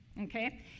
okay